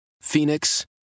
Phoenix